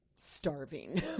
starving